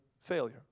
failure